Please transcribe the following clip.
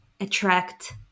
Attract